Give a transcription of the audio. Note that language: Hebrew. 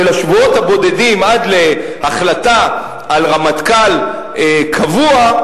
שלשבועות הבודדים עד להחלטה על רמטכ"ל קבוע,